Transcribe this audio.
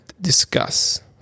discuss